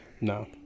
No